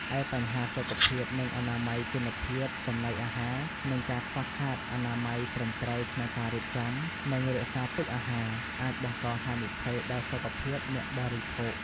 ឯបញ្ហាសុខភាព និងអនាម័យគុណភាពចំណីអាហារ នឹងការខ្វះខាតអនាម័យត្រឹមត្រូវក្នុងការរៀបចំ និងរក្សាទុកអាហារ អាចបង្កហានិភ័យដល់សុខភាពអ្នកបរិភោគ ។